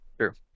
Sure